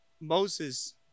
Moses